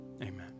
amen